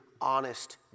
honest